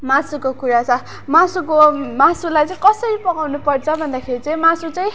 मासुको कुरा छ मासुको मासुलाई चाहिँ कसरी पकाउनु पर्छ भन्दाखेरि मासु चाहिँ